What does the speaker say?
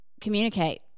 communicate